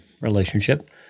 relationship